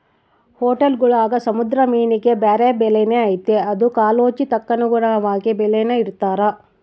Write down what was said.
ಹೊಟೇಲ್ಗುಳಾಗ ಸಮುದ್ರ ಮೀನಿಗೆ ಬ್ಯಾರೆ ಬೆಲೆನೇ ಐತೆ ಅದು ಕಾಲೋಚಿತಕ್ಕನುಗುಣವಾಗಿ ಬೆಲೇನ ಇಡ್ತಾರ